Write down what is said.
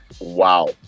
wow